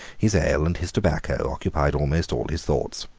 his ale and his tobacco, occupied almost all his thoughts.